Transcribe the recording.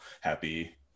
happy